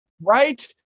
right